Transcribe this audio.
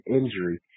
injury